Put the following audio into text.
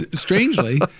strangely